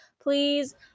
Please